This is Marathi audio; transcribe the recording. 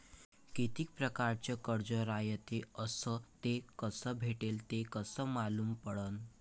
कितीक परकारचं कर्ज रायते अस ते कस भेटते, हे कस मालूम पडनं?